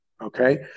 okay